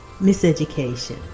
miseducation